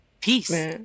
peace